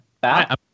back